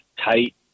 tight